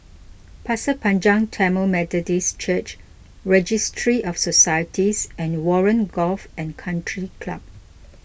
Pasir Panjang Tamil Methodist Church Registry of Societies and Warren Golf and Country Club